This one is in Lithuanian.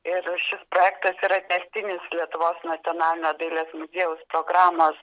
ir šis projektas yra tęstinis lietuvos nacionalinio dailės muziejaus programos